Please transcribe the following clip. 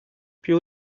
più